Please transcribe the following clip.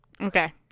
Okay